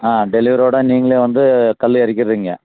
ஆ டெலிவரிவோட நீங்களே வந்து கல்லு இறக்கிறிங்க